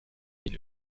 den